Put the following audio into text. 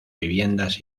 viviendas